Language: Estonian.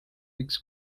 võiks